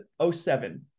07